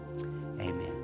Amen